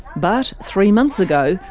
but three months ago,